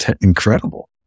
incredible